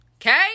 Okay